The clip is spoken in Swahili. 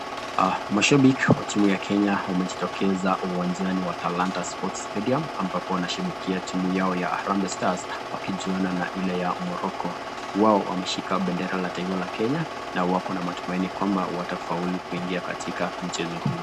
Mashabiki wa timu ya Kenya wamejitokeza uwanjani mwa Talanta Sports Stadium ambapo wanashabikia timu yao ya Harambee Stars wakijuana na ile ya Morocco, wao wameshika bendera la taifa la Kenya na wako na matumaini kwamba watafaulu kuingia katika mchezo huu.